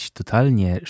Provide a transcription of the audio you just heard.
totalnie